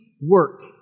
work